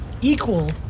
equal